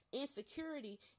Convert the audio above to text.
insecurity